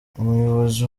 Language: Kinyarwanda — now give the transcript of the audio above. umuyobozi